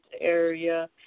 area